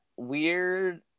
Weird